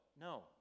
No